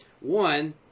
One